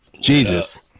jesus